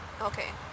okay